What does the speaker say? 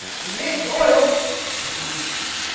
he hid the oil house morning found it